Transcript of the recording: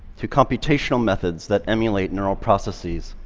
to computational methods that emulate neural processes,